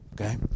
okay